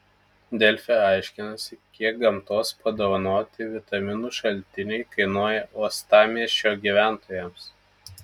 delfi aiškinasi kiek gamtos padovanoti vitaminų šaltiniai kainuoja uostamiesčio gyventojams